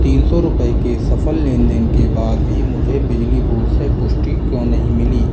तीन सौ रुपये के सफल लेन देन के बाद भी मुझे बिजली बोर्ड से पुष्टि क्यों नहीं मिली